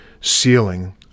ceiling